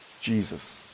Jesus